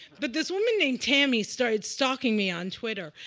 but this woman named tammy started stalking me on twitter.